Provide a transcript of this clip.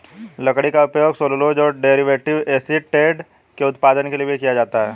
लकड़ी का उपयोग सेल्यूलोज और डेरिवेटिव एसीटेट के उत्पादन के लिए भी किया जाता है